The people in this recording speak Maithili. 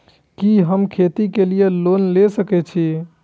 कि हम खेती के लिऐ लोन ले सके छी?